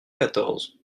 quatorze